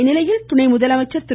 இந்நிலையில் துணை முதலமைச்சர் திரு